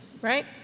right